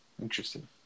Interesting